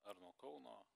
ar nuo kauno